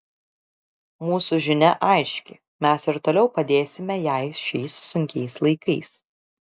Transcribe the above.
mūsų žinia aiški mes ir toliau padėsime jai šiais sunkiais laikais